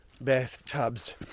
bathtubs